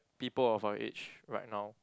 people of our age right now